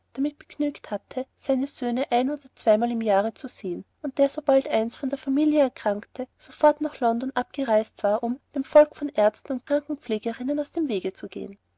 damit begnügt hatte seine söhne ein oder zweimal im jahre zu sehen und der sobald eins von der familie erkrankte sofort nach london abgereist war um dem volk von aerzten und krankenpflegerinnen aus dem wege zu gehen